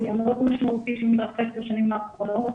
המאוד משמעותי שמתרחש בשנים האחרונות